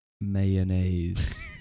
mayonnaise